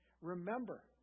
Remember